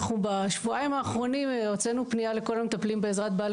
בשבועיים האחרונים הוצאנו פניה לכל המטפלים בעזרת בעלי